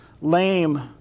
lame